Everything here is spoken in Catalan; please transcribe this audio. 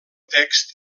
text